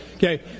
Okay